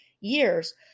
years